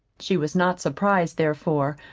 she was not surprised, therefore,